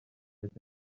été